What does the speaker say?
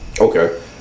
Okay